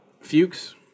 Fuchs